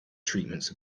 treatments